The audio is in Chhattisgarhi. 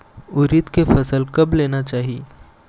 उरीद के फसल कब लेना चाही?